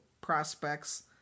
prospects